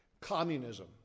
Communism